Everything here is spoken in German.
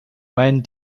meinen